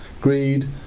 greed